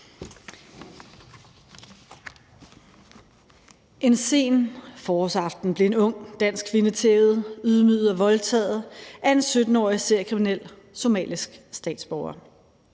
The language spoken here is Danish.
En sen forårsaften blev en ung dansk kvinde tævet, ydmyget og voldtaget af en 17-årig seriekriminel somalisk statsborger.